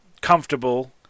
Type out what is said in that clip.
comfortable